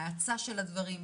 האצה של הדברים,